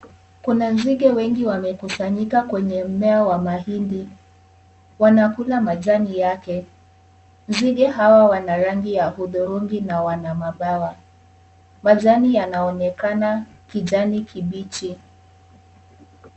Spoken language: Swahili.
Kuna nzige wengi wamekusanyika Kwenye mmea wa mahindi , wanakula majani yake. Nzige hawa wana rangi ya hudhurungi na Wana mabawa. Majani yanaonekana kijani kibichi.